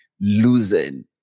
losing